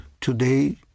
today